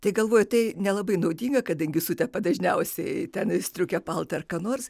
tai galvoju tai nelabai naudinga kadangi sutepa dažniausiai ten striukę paltą ar ką nors